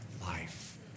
life